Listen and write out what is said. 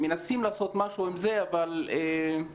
מנסים לעשות משהו עם זה אבל דומני